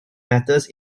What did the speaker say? matters